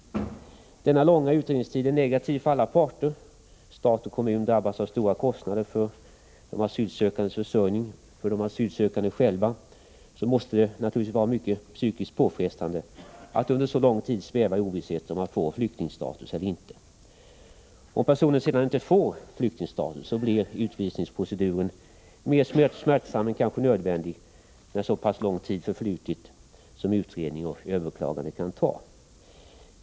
Denna långa utredningstid är negativ för alla parter — stat och kommun drabbas av stora kostnader för de asylsökandes försörjning, och för de asylsökande själva måste det naturligtvis vara mycket psykiskt påfrestande att under så lång tid sväva i ovisshet om de skall få flyktingstatus eller inte. Om den asylsökande sedan inte får flyktingstatus blir utvisningsproceduren, när så pass lång tid förflutit för utredning och överklagande, mer smärtsam än som kanske varit nödvändigt.